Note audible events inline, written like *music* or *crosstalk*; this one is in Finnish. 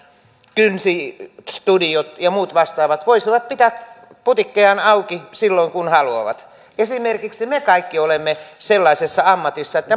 kynsistudiot ja muut vastaavat voisivat pitää putiikkejaan auki silloin kun haluavat esimerkiksi me kaikki olemme sellaisessa ammatissa että *unintelligible*